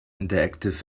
interactive